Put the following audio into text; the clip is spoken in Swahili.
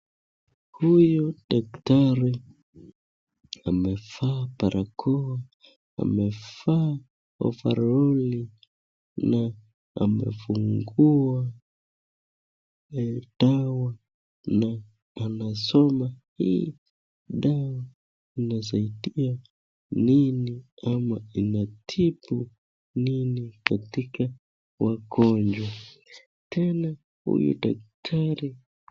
Huyo dakitari amevaa barakoa amevaa ovaroli na amefungua dawa na anasoma, hii dawa inasaidia nini ama inatibu nini katika wagonjwa, tena huyu daktari.